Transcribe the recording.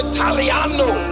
Italiano